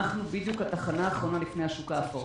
אנחנו התחנה האחרונה לפני השוק האפור.